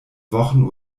wochen